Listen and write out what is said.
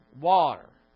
Water